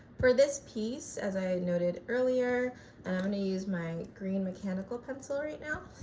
for this piece as i noted earlier and i'm going to use my green mechanical pencil right now.